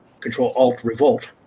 Control-Alt-Revolt